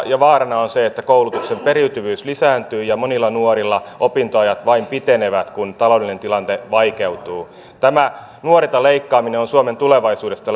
ja vaarana on se että koulutuksen periytyvyys lisääntyy ja monilla nuorilla opintoajat vain pitenevät kun taloudellinen tilanne vaikeutuu tämä nuorilta leikkaaminen on suomen tulevaisuudesta